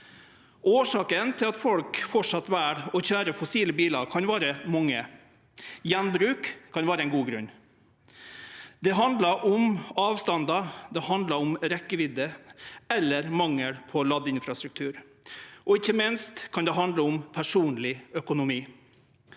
Årsakene til at folk framleis vel å køyre fossile bilar, kan vere mange. Gjenbruk kan vere ein god grunn. Det handlar om avstandar, det handlar om rekkevidde eller mangel på ladeinfrastruktur, og ikkje minst kan det handle om personleg økonomi.